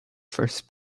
first